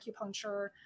acupuncture